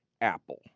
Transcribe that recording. apple